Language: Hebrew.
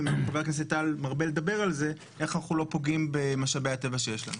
ואיך אנחנו לא פוגעים במשאבי הטבע שיש לנו,